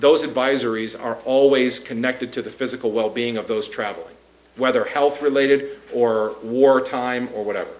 those advisories are always connected to the physical well being of those traveling whether health related or war time or whatever